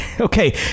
okay